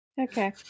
Okay